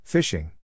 Fishing